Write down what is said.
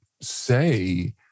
say